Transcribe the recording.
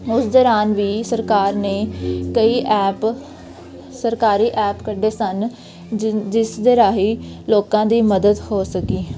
ਉਸ ਦੌਰਾਨ ਵੀ ਸਰਕਾਰ ਨੇ ਕਈ ਐਪ ਸਰਕਾਰੀ ਐਪ ਕੱਢੇ ਸਨ ਜਿ ਜਿਸ ਦੇ ਰਾਹੀਂ ਲੋਕਾਂ ਦੀ ਮਦਦ ਹੋ ਸਕੀ